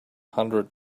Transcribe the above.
hundred